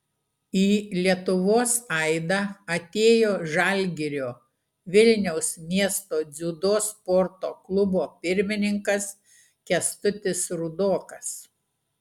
į lietuvos aidą atėjo žalgirio vilniaus miesto dziudo sporto klubo pirmininkas kęstutis rudokas